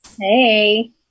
Hey